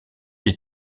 des